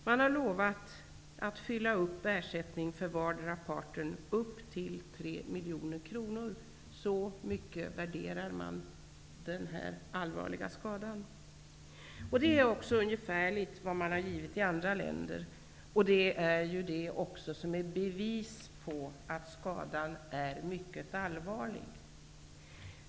Man har lovat ersättningar för vardera parten upp till 3 miljoner kronor. Till så mycket värderar man den här allvarliga skadan. Det är vad man ungefärligt givit också i andra länder. Det är ett bevis på att skadan är mycket allvarlig.